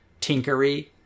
tinkery